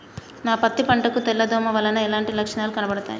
నా పత్తి పంట కు తెల్ల దోమ వలన ఎలాంటి లక్షణాలు కనబడుతాయి?